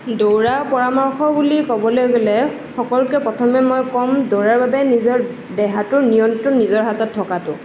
দৌৰা পৰামৰ্শ বুলি ক'বলৈ গ'লে সকলোতকৈ প্ৰথমে মই ক'ম দৌৰাৰ বাবে নিজৰ দেহাটোৰ নিয়ন্ত্ৰণ নিজৰ হাতত থকাতো